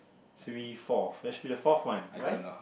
three four there should be the fourth one right